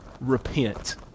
Repent